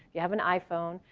you have an iphone,